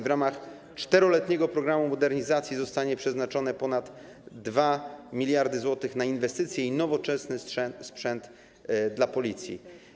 W ramach 4-letniego programu modernizacji zostanie przeznaczone ponad 2 mld zł na inwestycje i nowoczesny sprzęt dla Policji.